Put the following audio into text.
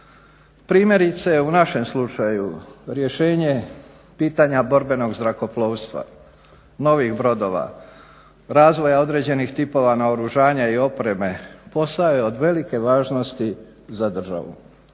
Primjerice u našem slučaju rješenje pitanja borbenog zrakoplovstva, novih brodova, razvoja određenih tipova naoružanja i opreme, posao je od velike važnosti za državu.